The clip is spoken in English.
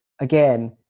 Again